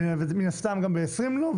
ומן הסתם גם ב-2020 לא,